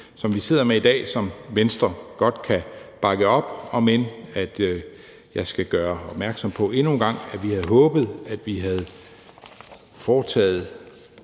som vi sidder med i dag, og som Venstre godt kan bakke op, om end jeg skal gøre opmærksom på endnu en gang, at vi havde håbet, at man havde foretaget